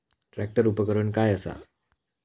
Tractor उपकरण काय असा?